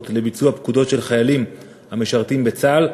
לביצוע פקודות של חיילים המשרתים בצה"ל,